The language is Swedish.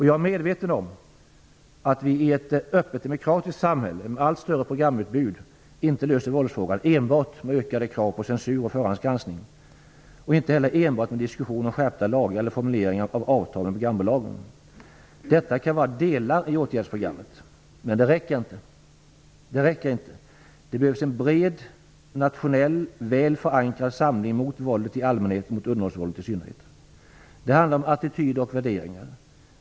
Jag är medveten om att vi i ett öppet demokratiskt samhälle med ett allt större programutbud inte löser våldsfrågan enbart med ökade krav på censur och förhandsgranskning och inte heller enbart med en diskussion om skärpta lagar eller formuleringar om avtal beträffande programbolagen. Detta kan vara delar i åtgärdsprogrammet, men det räcker inte. Det behövs en bred nationell och väl förankrad samling mot våld i allmänhet och mot underhållningsvåld i synnerhet. Det handlar om attityder och värderingar.